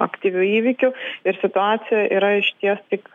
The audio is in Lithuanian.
aktyvių įvykių ir situacija yra išties tik